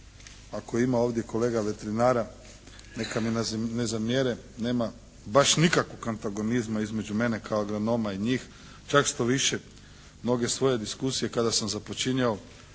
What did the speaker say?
ako ima ovdje kolega veterinara, neka mi ne zamjere, nema baš nikakvog antagonizma između mene kao agronoma i njih, čak što više mnoge svoje diskusije kada sam započinjao